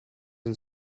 and